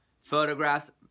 photographs